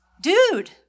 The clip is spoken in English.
Dude